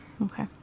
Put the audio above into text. Okay